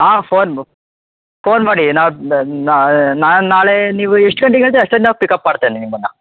ಹಾಂ ಫೋನ್ ಮ್ ಫೋನ್ ಮಾಡಿ ನಾ ನಾನು ನಾಳೆ ನೀವು ಎಷ್ಟು ಗಂಟೆಗೆ ಹೇಳ್ತೀರ ಅಷ್ಟು ಪಿಕಪ್ ಮಾಡ್ತೇನೆ ನಿಮ್ಮನ್ನು